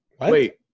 wait